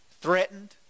threatened